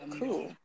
cool